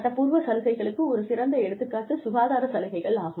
சட்டப்பூர்வ சலுகைகளுக்கு ஒரு சிறந்த எடுத்துக்காட்டு சுகாதார சலுகைகள் ஆகும்